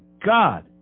God